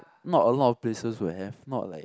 not a lot of places will have not like